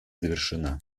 завершена